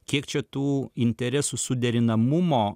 kiek čia tų interesų suderinamumo